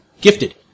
gifted